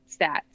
stats